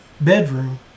bedroom